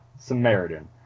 Samaritan